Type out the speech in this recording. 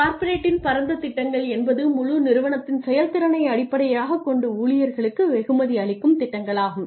கார்ப்பரேட்டின் பரந்த திட்டங்கள் என்பது முழு நிறுவனத்தின் செயல்திறனை அடிப்படையாகக் கொண்டு ஊழியர்களுக்கு வெகுமதி அளிக்கும் திட்டங்களாகும்